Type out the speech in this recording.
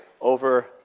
over